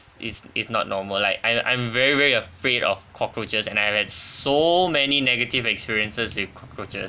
is is not normal like I'm I'm very very afraid of cockroaches and I have had so many negative experiences with cockroaches